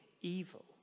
evil